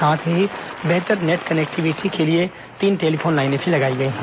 साथ ही बेहतर नेट कनेक्टिविटी के लिए तीन टेलीफोन लाइनें भी लगाई गई हैं